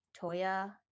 toya